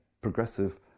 progressive